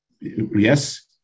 yes